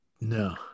No